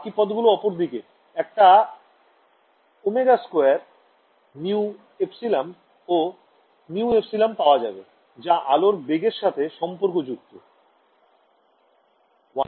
বাকি পদ গুলো অপর দিকে একটা ω2με ও με পাওয়া যাবে যা আলোর বেগের সাথে সম্পর্ক যুক্ত 1c2